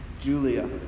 Julia